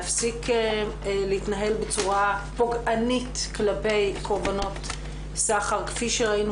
להפסיק להתנהל בצורה פוגענית כלפי קורבנות סחר כפי שראינו,